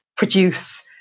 produce